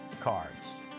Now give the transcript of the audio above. cards